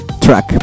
track